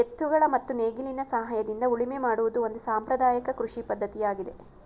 ಎತ್ತುಗಳ ಮತ್ತು ನೇಗಿಲಿನ ಸಹಾಯದಿಂದ ಉಳುಮೆ ಮಾಡುವುದು ಒಂದು ಸಾಂಪ್ರದಾಯಕ ಕೃಷಿ ಪದ್ಧತಿಯಾಗಿದೆ